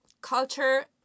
culture